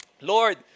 Lord